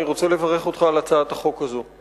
אני רוצה לברך אותך על הצעת החוק הזו.